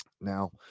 Now